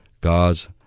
God's